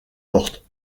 portes